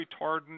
retardant